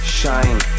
shine